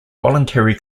voluntary